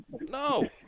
No